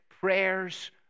prayers